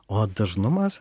o dažnumas